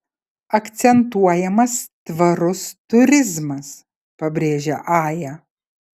akcentuojamas tvarus turizmas pabrėžia aja